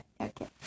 okay